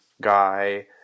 guy